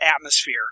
atmosphere